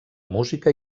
música